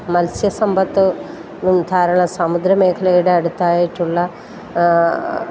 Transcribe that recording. മത്സ്യ സമ്പത്ത് മുൻധാരണ സമുദ്ര മേഖലയുടെ അടുത്തായിട്ടുള്ള